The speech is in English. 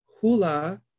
hula